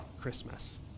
Christmas